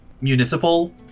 municipal